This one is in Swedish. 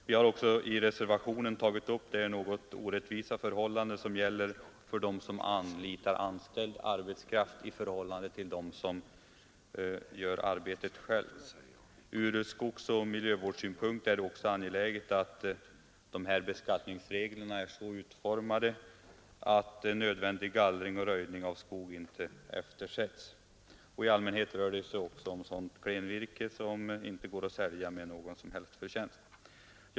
Vi har dessutom i reservationen tagit upp det något orättvisa förhållande som gäller för den som anlitar anställd arbetskraft jämfört med den som gör arbetet själv. Ur skogsoch miljövårdssynpunkt är det också angeläget att beskattningsreglerna är så utformade att nödvändig gallring och röjning av skog 31 inte eftersätts. I allmänhet rör det sig om klenvirke, som inte går att sälja med någon som helst förtjänst.